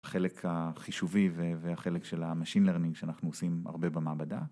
החלק החישובי והחלק של המשין לרנינג שאנחנו עושים הרבה במעבדה